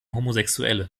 homosexuelle